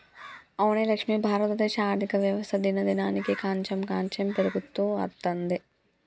అవునే లక్ష్మి భారతదేశ ఆర్థిక వ్యవస్థ దినదినానికి కాంచెం కాంచెం పెరుగుతూ అత్తందే